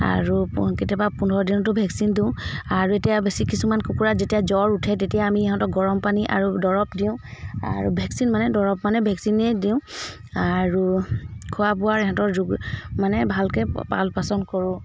আৰু কেতিয়াবা পোন্ধৰ দিনতো ভেকচিন দিওঁ আৰু এতিয়া বেছি কিছুমান কুকুৰা যেতিয়া জ্বৰ উঠে তেতিয়া আমি সিহঁতক গৰম পানী আৰু দৰৱ দিওঁ আৰু ভেকচিন মানে দৰৱ মানে ভেকচিনে দিওঁ আৰু খোৱা বোৱাৰ সিহঁতৰ যোগ মানে ভালকৈ পাল পাচন কৰোঁ